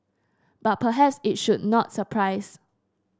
but perhaps it should not surprise